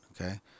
okay